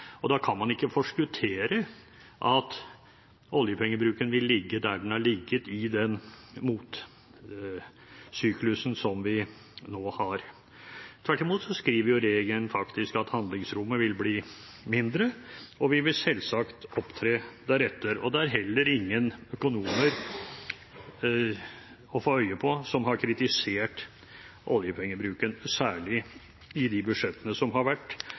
Da kan man ikke forskuttere at oljepengebruken vil ligge der den har ligget, i den motsyklusen som vi nå har. Tvert imot skriver regjeringen faktisk at handlingsrommet vil bli mindre, og vi vil selvsagt opptre deretter. Det er heller ingen økonomer å få øye på som har kritisert oljepengebruken, særlig når det gjelder de budsjettene som har vært.